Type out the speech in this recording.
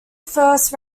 first